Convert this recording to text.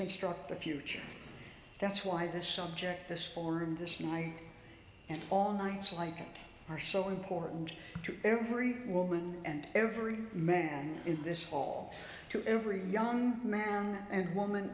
construct the future that's why this subject this forum this night and all nights like it are so important to every woman and every man in this hall to every young man and woman